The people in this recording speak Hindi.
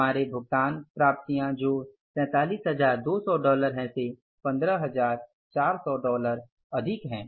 हमारे भुगतान प्राप्तियों जो 47200 डॉलर है से 15400 डॉलर अधिक हैं